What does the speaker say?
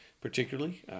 particularly